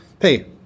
hey